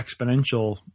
exponential